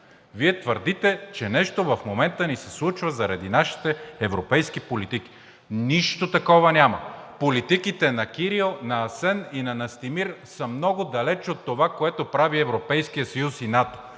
Вие твърдите, че нещо в момента ни се случва заради нашите европейски политики. Нищо такова няма! Политиките на Кирил, на Асен и на Настимир са много далеч от това, което правят Европейският съюз и НАТО!